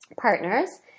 partners